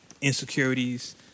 insecurities